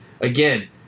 again